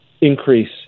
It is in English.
increase